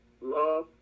Love